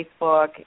Facebook